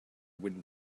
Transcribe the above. wind